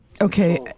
Okay